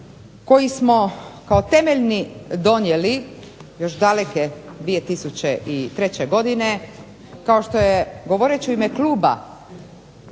koji smo kao temeljni donijeli još daleke 2003. godine kao što je govoreći u ime kluba